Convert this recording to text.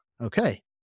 okay